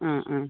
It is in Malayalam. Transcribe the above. ആ ആ